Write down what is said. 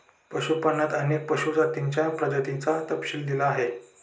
पशुपालनात अनेक पशु जातींच्या प्रजातींचा तपशील दिला आहे